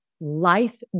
life